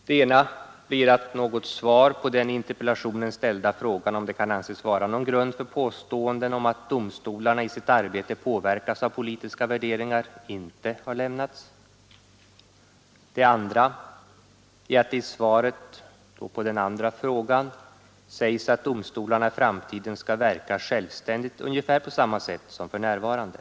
Det ena blir att något svar på den i interpellationen ställda frågan, om det kan anses vara någon grund för påståenden att domstolarna i sitt arbete påverkas av politiska värderingar, inte har lämnats. Det andra är att det i svaret i anledning av den andra frågan sägs att domstolarna i framtiden skall verka självständigt ungefär på samma sätt som för närvarande.